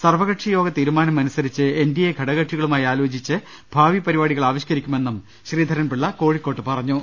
സർവ്വകക്ഷി യോഗ തീരുമാനം അനുസരിച്ച് എൻഡിഎ ഘടകകക്ഷികളുമായി ആലോചിച്ച് ഭാവി പരി പാടികൾ ആവിഷ്ക്കരിക്കുമെന്നും ശ്രീധരൻപിള്ള കോഴിക്കോട്ട് പറ ഞ്ഞു